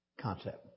concept